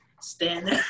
stand